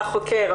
אתה חוקר,